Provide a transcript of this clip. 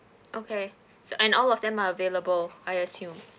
okay so and all of them are available I assume